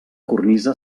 cornisa